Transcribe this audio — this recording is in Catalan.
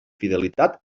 fidelitat